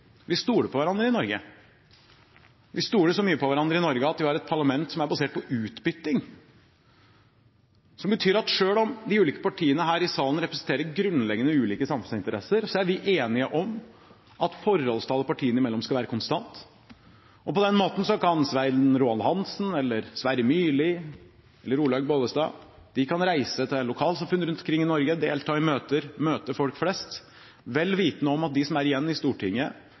Vi stoler på hverandre i Norge. Vi stoler så mye på hverandre i Norge at vi har et parlament som er basert på utbytting. Det betyr at selv om de ulike partiene her i salen representerer grunnleggende ulike samfunnsinteresser, er vi enige om at forholdstallet partiene imellom skal være konstant, og på den måten kan Svein Roald Hansen, Sverre Myrli eller Olaug V. Bollestad reise til lokalsamfunn rundt omkring i Norge, delta i møter og møte folk flest – vel vitende om at de som er igjen i Stortinget,